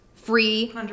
free